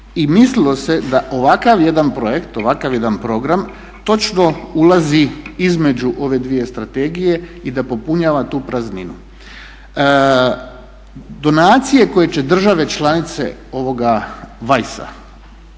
i mislilo da ovakav jedan projekt, ovakav jedan program točno ulazi između ove dvije strategije i da popunjava tu prazninu. Donacije koje će države članice ovoga WISE-a